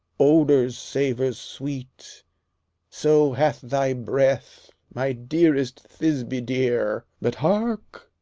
odours savours sweet so hath thy breath, my dearest thisby dear. but hark,